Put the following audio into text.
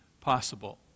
possible